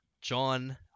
john